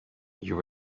you